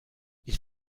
ich